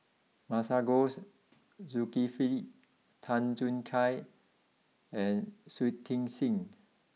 Masagos Zulkifli Tan Choo Kai and Shui Tit sing